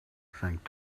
think